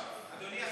אדוני השר,